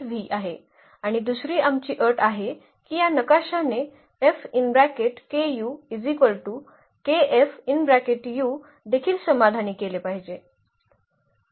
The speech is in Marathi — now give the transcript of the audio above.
एक ही आहे आणि दुसरी आमची अट आहे की या नकाशाने देखील समाधानी केले पाहिजे